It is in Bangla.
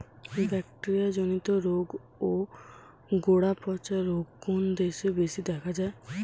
ব্যাকটেরিয়া জনিত রোগ ও গোড়া পচা রোগ কোন দেশে বেশি দেখা যায়?